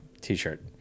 T-shirt